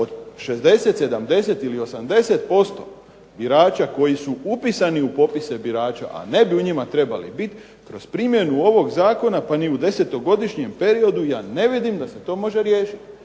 od 60, 70 ili 80% birača koji su upisani u popise birača, a ne bi u njima trebali biti kroz primjenu ovog zakona pa ni u desetogodišnjem periodu ja ne vidim da se to može riješiti.